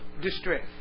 distress